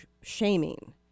shaming